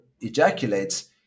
ejaculates